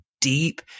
deep